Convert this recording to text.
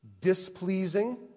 displeasing